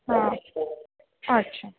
हां अच्छा